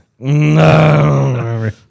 No